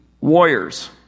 warriors